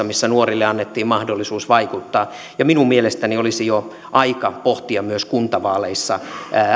missä nuorille annettiin mahdollisuus vaikuttaa minun mielestäni olisi jo aika pohtia myös kuntavaaleissa